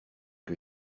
que